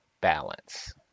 balance